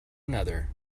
another